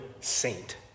saint